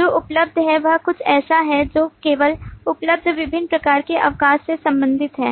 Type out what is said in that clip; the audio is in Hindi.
जो उपलब्ध है वह कुछ ऐसा है जो केवल उपलब्ध विभिन्न प्रकार के अवकाश से संबंधित है